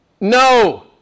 No